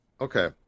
Okay